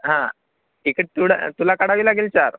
हां तिकट तुडा तुला काढावी लागेल चार